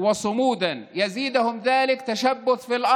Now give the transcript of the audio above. והיאחזותכם בקרקע רק מתחזקות.